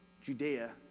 Judea